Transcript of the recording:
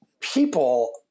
people